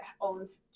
owns